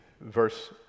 Verse